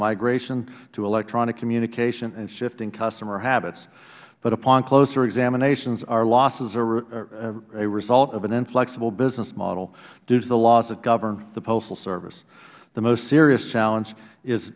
migration to electronic communication and shifting customer habits but upon closer examinations our losses are a result of an inflexible business model due to the laws that govern the postal service the most serious challenge is